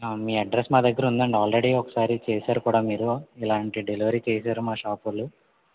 మీ address మా దగ్గరుంది అండి ఆల్రడీ ఒకసారి చేసారు మీరు ఇలాంటి డెలివరీ చేసారు మా షాపోళ్ళు